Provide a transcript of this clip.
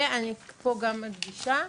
ופה אני גם מסכימה,